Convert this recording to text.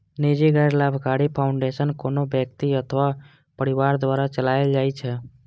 निजी गैर लाभकारी फाउंडेशन कोनो व्यक्ति अथवा परिवार द्वारा चलाएल जाइ छै